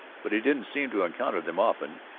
but he didn't seem to encounter them often,